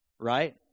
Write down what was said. right